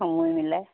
সময় মিলাই